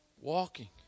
walking